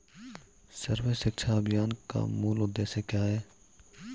सर्व शिक्षा अभियान का मूल उद्देश्य क्या है?